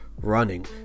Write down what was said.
Running